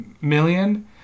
million